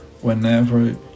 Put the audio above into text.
whenever